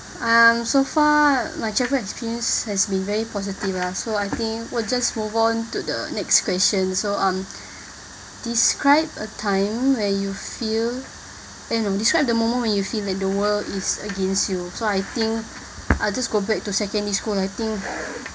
um so far like travel experience has been very positive lah so I think we'll just move on to the next question so um describe a time where you feel eh no describe the moment when you feel that the world is against you so I think I'll just go back to secondary school I think